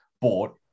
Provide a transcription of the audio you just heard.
bought